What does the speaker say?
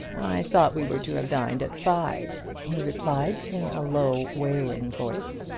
i thought we were to have dined at five, he replied, in a low wailing voice.